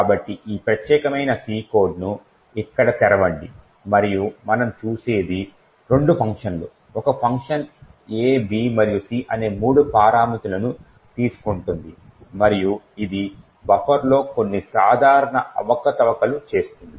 కాబట్టి ఈ ప్రత్యేకమైన C కోడ్ను ఇక్కడ తెరవండి మరియు మనం చూసేది రెండు ఫంక్షన్లు ఒక ఫంక్షన్ a b మరియు c అనే మూడు పారామితులను తీసుకుంటుంది మరియు ఇది బఫర్లో కొన్ని సాధారణ అవకతవకలు చేస్తుంది